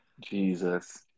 Jesus